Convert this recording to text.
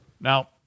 Now